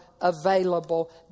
available